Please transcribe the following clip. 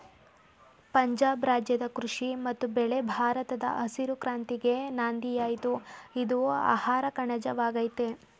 ಪಂಜಾಬ್ ರಾಜ್ಯದ ಕೃಷಿ ಮತ್ತು ಬೆಳೆ ಭಾರತದ ಹಸಿರು ಕ್ರಾಂತಿಗೆ ನಾಂದಿಯಾಯ್ತು ಇದು ಆಹಾರಕಣಜ ವಾಗಯ್ತೆ